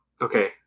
okay